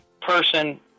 person